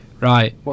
Right